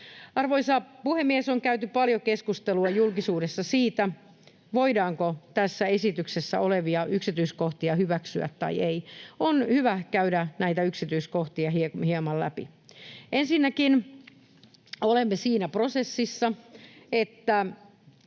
Arvoisa puhemies! On käyty paljon keskustelua julkisuudessa siitä, voidaanko tässä esityksessä olevia yksityiskohtia hyväksyä tai ei. On hyvä käydä näitä yksityiskohtia hieman läpi. Ensinnäkin olemme siinä prosessissa, että